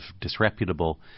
disreputable